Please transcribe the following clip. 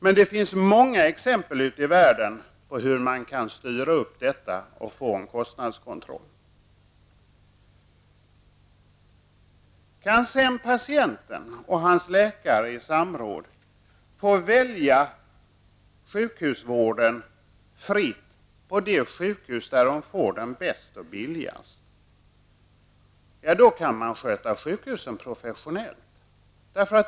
Men det finns många exempel ute i världen på hur man kan styra upp detta och få en kostnadskontroll. Kan sedan patienten och hans läkare i samråd fritt välja att använda sjukhusvården på det sjukhus där de får den bäst och billigast, kan man sköta sjukhusen professionellt.